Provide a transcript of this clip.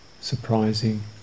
surprising